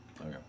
Okay